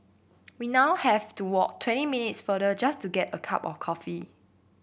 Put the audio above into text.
we now have to walk twenty minutes farther just to get a cup of coffee